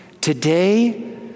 Today